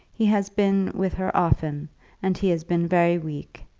he has been with her often and he has been very weak.